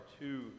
two